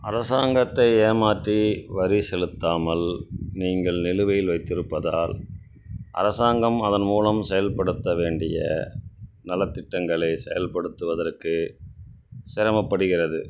அரசாங்கத்தை ஏமாற்றி வரி செலுத்தாமல் நீங்கள் நிலுவையில் வைத்திருப்பதால் அரசாங்கம் அதன் மூலம் செயல்படுத்த வேண்டிய நலத்திட்டங்களை செயல்படுத்துவதற்கு சிரமப்படுகிறது